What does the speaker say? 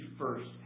first